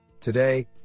Today